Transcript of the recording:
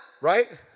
Right